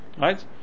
right